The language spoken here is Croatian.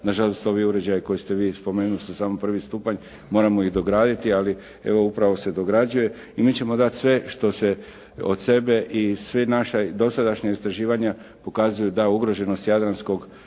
Na žalost, ovi uređaji koje ste vi spomenuli su samo prvi stupanj. Moramo ih dograditi, ali evo upravo se dograđuje. I mi ćemo dati sve što se od sebe i sva naša dosadašnja istraživanja pokazuju da ugroženost Jadranskog